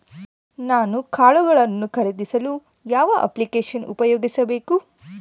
ನಾನು ಕಾಳುಗಳನ್ನು ಖರೇದಿಸಲು ಯಾವ ಅಪ್ಲಿಕೇಶನ್ ಉಪಯೋಗಿಸಬೇಕು?